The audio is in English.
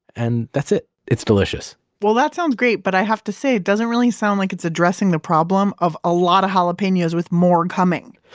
and that's it. it's delicious well that sounds great but i have to say it doesn't really sound like it's addressing the problem of a lot of jalapenos with more coming.